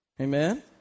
Amen